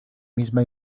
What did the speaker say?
misma